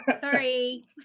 Sorry